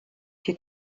die